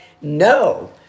No